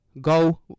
go